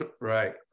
right